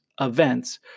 events